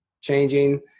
changing